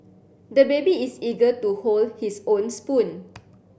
the baby is eager to hold his own spoon